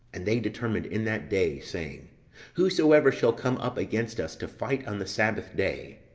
and they determined in that day, saying whosoever shall come up against us to fight on the sabbath day,